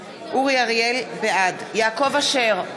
בעד יעקב אשר,